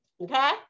Okay